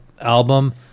album